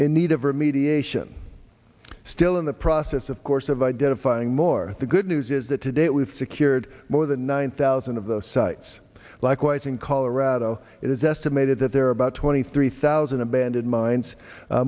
in need of remediation still in the process of course of identifying more the good news is that today we've secured more than nine thousand of those sites likewise in colorado it is estimated that there are about twenty three thousand abandoned mines